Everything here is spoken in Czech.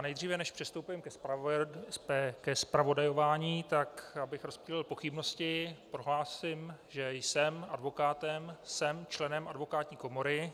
Dříve než přistoupím ke zpravodajování, tak abych rozptýlil pochybnosti, prohlásím, že jsem advokátem, jsem členem advokátní komory.